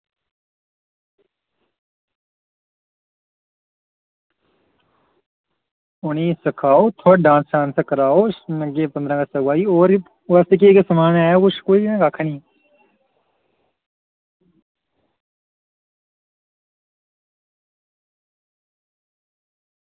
उ'नें ई सिखाओ थोह्ड़ा डांस कराओ अग्गें हून पंदरां अगस्त आवा दी होर होर केह् केह् समान ऐ स्कूल किश कक्ख निं